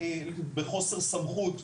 בחוסר סמכות,